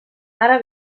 ara